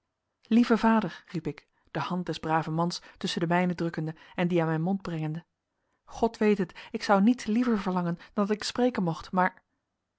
lieve vader riep ik de hand des braven mans tusschen de mijne drukkende en die aan mijn mond brengende god weet het ik zou niets liever verlangen dan dat ik spreken mocht maar